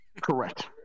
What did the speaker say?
correct